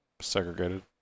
segregated